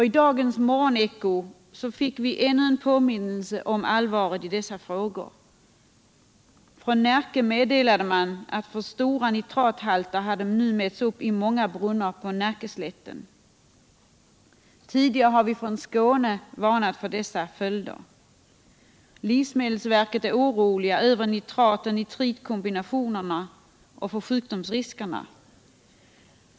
I dagens morgoneko fick vi ännu en påminnelse om allvaret i dessa frågor. Från Närke meddelade man att för stora nitrathalter nu hade uppmätts i många brunnar på Närkeslätten. Tidigare har vi från Skåne varnat för dessa följder. Livsmedelsverket är oroligt över nitrat/nitritkombinationerna och sjukdomsriskerna.